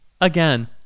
again